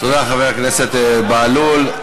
תודה לחבר הכנסת בהלול.